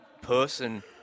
person